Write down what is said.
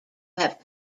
have